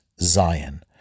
Zion